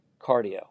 cardio